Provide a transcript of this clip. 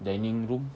dining room